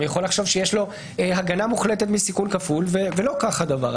יכול לחשוב שיש לו הגנה מוחלטת מסיכון כפול ולא כך הדבר.